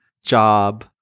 Job